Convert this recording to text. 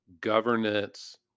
governance